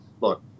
Look